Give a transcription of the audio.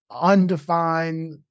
undefined